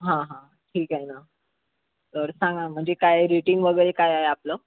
हां हां ठीक आहे ना तर सांगा म्हणजे काय रेटिंग वगैरे काय आहे आपलं